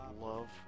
love